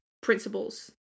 principles